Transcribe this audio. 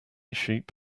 sheep